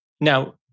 Now